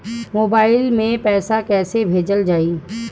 Mobile से पैसा कैसे भेजल जाइ?